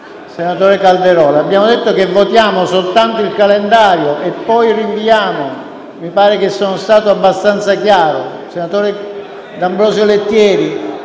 Senatore Calderoli, abbiamo detto che votiamo soltanto il calendario e poi rinviamo: mi pare di essere stato abbastanza chiaro. Senatore D'Ambrosio Lettieri,